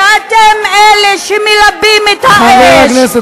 ואתם אלה שמלבים את האש.